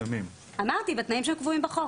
אמרתי, בתנאים שקבועים בחוק.